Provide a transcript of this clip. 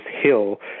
hill